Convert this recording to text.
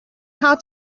how